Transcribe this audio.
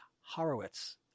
Horowitz